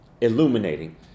illuminating